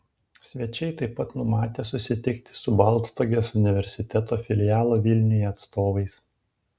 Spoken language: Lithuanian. svečiai taip pat numatę susitikti su baltstogės universiteto filialo vilniuje atstovais